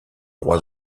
rois